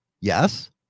Yes